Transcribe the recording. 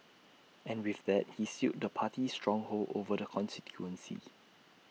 and with that he sealed the party's stronghold over the constituency